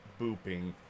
booping